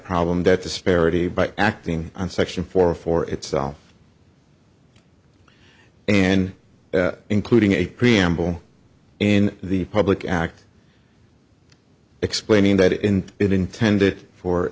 problem that disparity by acting on section four four itself and including a preamble in the public act explaining that in it intended for